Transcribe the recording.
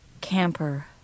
Camper